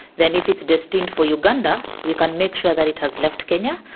then if it's distinct for uganda we can make sure that it has left kenya,